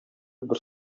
бер